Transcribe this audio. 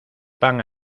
van